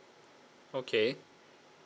okay